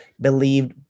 believed